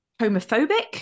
homophobic